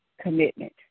commitment